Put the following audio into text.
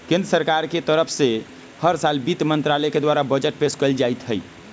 केन्द्र सरकार के तरफ से हर साल वित्त मन्त्रालय के द्वारा बजट पेश कइल जाईत हई